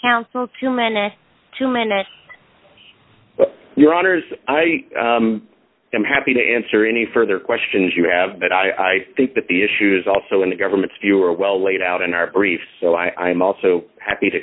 minute your honors i am happy to answer any further questions you have but i think that the issues also in the government's view are well laid out in our brief so i am also happy to